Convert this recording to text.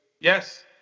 Yes